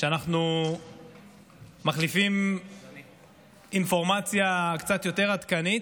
כשאנחנו מחליפים אינפורמציה קצת יותר עדכנית,